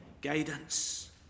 guidance